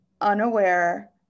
unaware